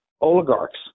oligarchs